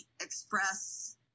express